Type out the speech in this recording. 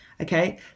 okay